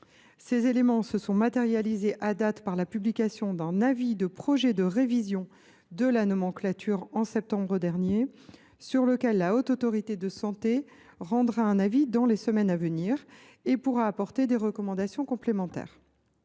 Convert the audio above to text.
Ces éléments se sont matérialisés par la publication d’un avis de projet de révision de nomenclature en septembre dernier, sur lequel la Haute Autorité de santé (HAS) rendra un avis dans les semaines à venir. Cette dernière pourra apporter des recommandations complémentaires.